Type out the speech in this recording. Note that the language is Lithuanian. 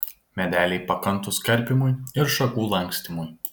medeliai pakantūs karpymui ir šakų lankstymui